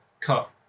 cut